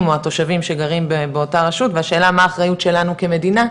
או התושבים שגרים באותה רשות והשאלה מה האחריות שלנו כמדינה,